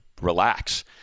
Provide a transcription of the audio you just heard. Relax